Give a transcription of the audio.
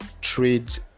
trade